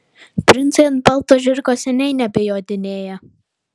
princai ant balto žirgo seniai nebejodinėja